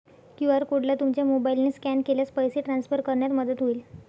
QR कोडला तुमच्या मोबाईलने स्कॅन केल्यास पैसे ट्रान्सफर करण्यात मदत होईल